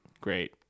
great